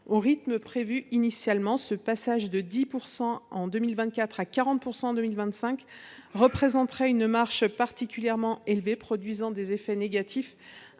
au rythme prévu initialement. Ce passage de 10 % en 2024 à 40 % en 2025 représenterait une marche élevée, produisant des effets négatifs